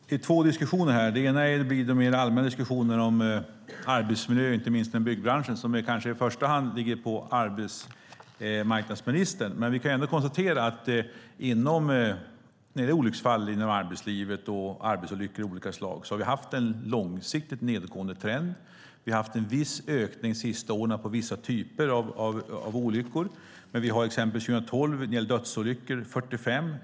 Herr talman! Det är två diskussioner här. Jag börjar med den mer allmänna diskussionen om arbetsmiljö, inte minst inom byggbranschen. Den kanske i första hand ligger på arbetsmarknadsministern, men vi kan ändå konstatera att vi har haft en långsiktigt nedåtgående trend när det gäller olycksfall i arbetslivet och arbetsolyckor av olika slag. Vi har haft en viss ökning av vissa typer av olyckor de senaste åren, men 2012 hade vi till exempel 45 dödsolyckor.